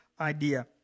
idea